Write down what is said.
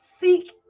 Seek